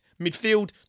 Midfield